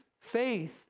Faith